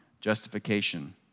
justification